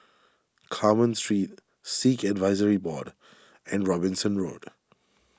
Carmen Street Sikh Advisory Board and Robinson Road